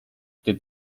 did